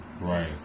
Right